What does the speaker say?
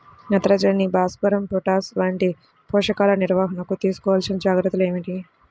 నత్రజని, భాస్వరం, పొటాష్ వంటి పోషకాల నిర్వహణకు తీసుకోవలసిన జాగ్రత్తలు ఏమిటీ?